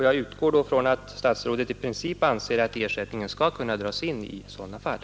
Jag utgår från att statsrådet i princip anser att ersättning skall kunna dras in i sådana fall.